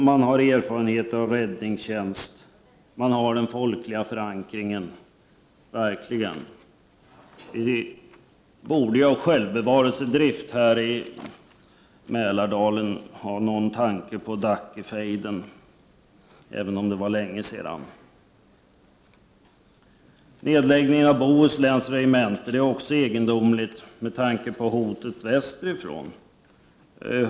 Man har erfarenhet av räddningstjänst, och man har den folkliga förankringen. Vi i Mälardalen borde av ren självbevarelsedrift skänka en tanke åt Dackefejden, även om det var länge sedan. Med tanke på hotet västerifrån är det också egendomligt med nedläggningen av Bohusläns regemente.